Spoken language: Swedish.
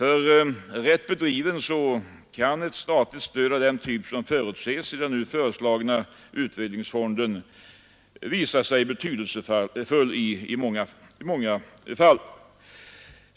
Rätt utformat kan ett statligt stöd av den typ som förutses i den nu föreslagna utvecklingsfonden visa sig betydelsfullt i många fall.